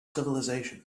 civilisation